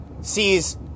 sees